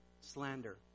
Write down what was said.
slander